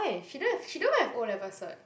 she don't have she don't even have O-level cert